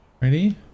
Ready